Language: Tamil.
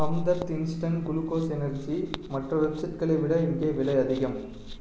ஹம்தர்த் இன்ஸ்டன்ட் குளுக்கோஸ் எனர்ஜி மற்ற வெப்சைட்களை விட இங்கே விலை அதிகம்